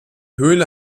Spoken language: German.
höhle